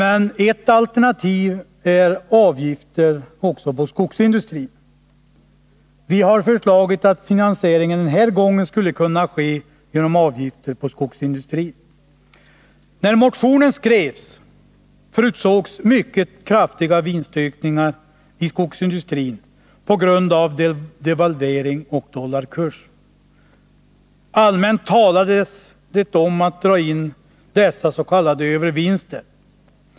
Ett annat alternativ är avgifter på skogsindustrin. Vi har föreslagit att finansieringen den här gången skulle kunna ske just genom avgifter på skogsindustrin. När motionen skrevs förutsågs mycket kraftiga vinstökningar i skogsindustrin på grund av devalveringen och förändringarna i dollarkursen. Allmänt talades det om att drain dessas.k. övervinster.